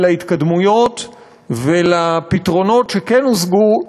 להתקדמויות ולפתרונות שכן הושגו,